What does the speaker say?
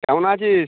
কেমন আছিস